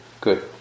good